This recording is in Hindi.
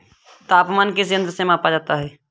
तापमान किस यंत्र से मापा जाता है?